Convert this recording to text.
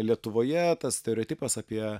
lietuvoje tas stereotipas apie